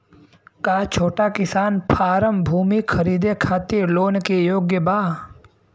का छोटा किसान फारम भूमि खरीदे खातिर लोन के लिए योग्य बा?